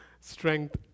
strength